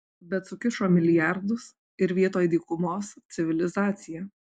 bet sukišo milijardus ir vietoj dykumos civilizacija